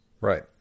right